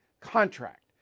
contract